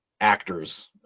actors